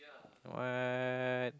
what